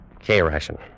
K-ration